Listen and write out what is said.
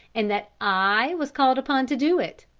and that i was called upon to do it.